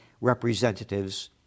representatives